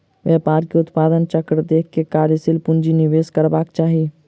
व्यापार के उत्पादन चक्र देख के कार्यशील पूंजी निवेश करबाक चाही